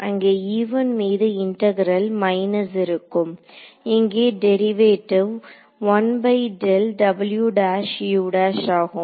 அங்கே மீது integral minus இருக்கும் இங்கே டெரிவேட்டிவ் ஆகும்